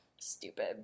Stupid